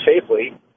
safely